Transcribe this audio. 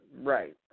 Right